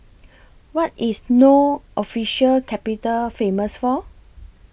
What IS No Official Capital Famous For